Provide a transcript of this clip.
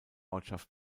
ortschaft